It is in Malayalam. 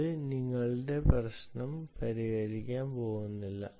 അത് നിങ്ങളുടെ പ്രശ്നം പരിഹരിക്കാൻ പോകുന്നില്ല